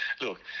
look